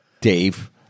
Dave